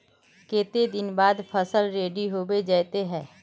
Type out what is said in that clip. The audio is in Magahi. केते दिन बाद फसल रेडी होबे जयते है?